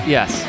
Yes